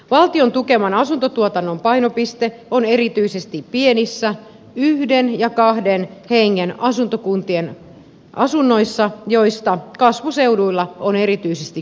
valtion tukeman asuntotuotannon painopiste on erityisesti pienissä yhden ja kahden hengen asuntokuntien asunnoissa joista kasvuseuduilla on erityisesti kysyntää